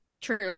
True